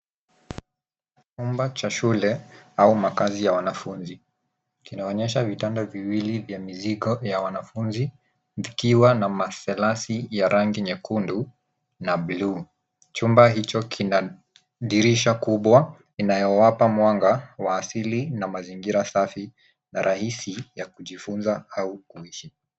Chumba cha shule au makazi ya wanafunzi kinaonyesha vitanda viwili vya mizigo ya wanafunzi vikiwa na maselasi ya rangi nyekundu na bluu. Chumba hicho kina dirisha kubwa inayowapa mwanga wa asili na mazingira safi na rahisi ya kujifunza au kuishi.